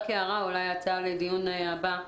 גברתי, רק הערה, אולי הצעה לדיון הבא.